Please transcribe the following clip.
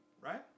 right